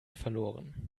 verloren